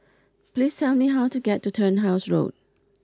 please tell me how to get to Turnhouse Road